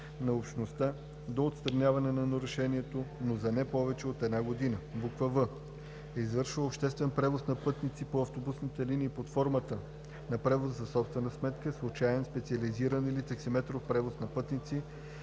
на Общността – до отстраняване на нарушението, но за не повече от една година; в) извършва обществен превоз на пътници по автобусни линии под формата на превоз за собствена сметка, случаен, специализиран или таксиметров превоз на пътници